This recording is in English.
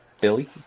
Billy